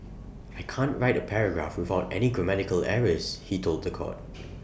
I can't write A paragraph without any grammatical errors he told The Court